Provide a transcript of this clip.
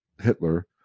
Hitler